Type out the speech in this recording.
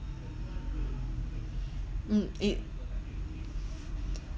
mm it